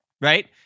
right